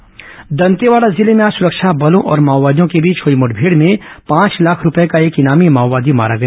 माओवादी मुठभेड गिरफ्तार दंतेवाड़ा जिले में आज सुरक्षा बलों और माओवादियों के बीच हुई मुठभेड़ में पांच लाख रूपये का एक इनामी माओवादी मारा गया